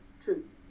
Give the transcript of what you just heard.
truth